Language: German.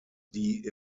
die